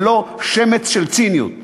ללא שמץ של ציניות.